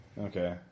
Okay